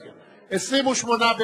2009,